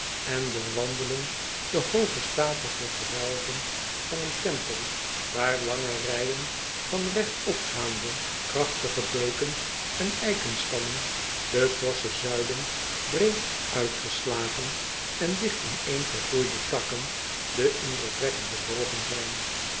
en doorwandelen de hooge statige gewelven van den tempel waar lange rijen van regt opgaande krachtige beuken en eikenstammen de forsche zuilen breed uitgeslagen en digt ineen gegroeide takken de indrukwekkende bogen zijn